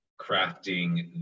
crafting